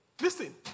Listen